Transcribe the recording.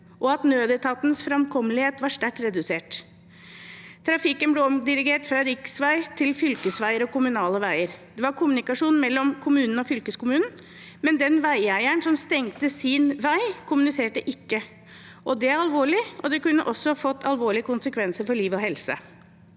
og at nødetatenes framkom melighet var sterkt redusert. Trafikken ble omdirigert fra riksveien til fylkesveier og kommunale veier. Det var kommunikasjon mellom kommunene og fylkeskommunen, men den veieieren som stengte sin vei, kommuniserte ikke. Det er alvorlig, og det kunne også fått alvorlige konsekvenser for liv og helse.